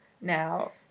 Now